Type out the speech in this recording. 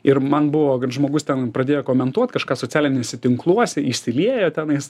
ir man buvo žmogus ten pradėjo komentuot kažką socialiniuose tinkluose išsiliejo tenais